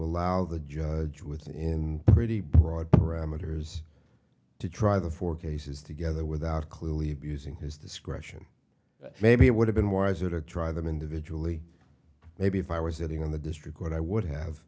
allow the judge within pretty broad parameters to try the four cases together without clearly abusing his discretion maybe it would have been wiser to try them individually maybe if i was sitting in the district what i would have